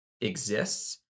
exists